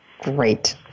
Great